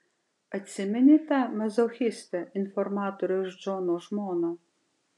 atsimeni tą mazochistę informatoriaus džono žmoną